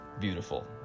Beautiful